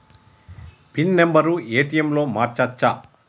Pin number ATM లో మార్చచ్చా?